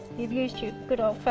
you've used your good old